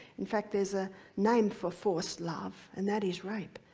in fact, there's a name for forced love and that is rape.